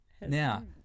Now